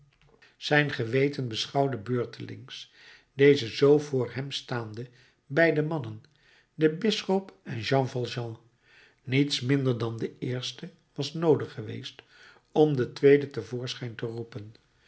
zijn geweten beschouwde beurtelings deze zoo voor hem staande beide mannen den bisschop en jean valjean niets minder dan de eerste was nodig geweest om den tweede te voorschijn te roepen